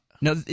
No